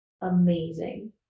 amazing